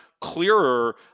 clearer